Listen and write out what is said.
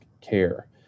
care